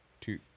two